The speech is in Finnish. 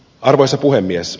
arvoisa puhemies